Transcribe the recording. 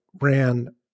ran